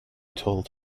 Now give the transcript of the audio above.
told